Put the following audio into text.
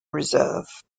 reserve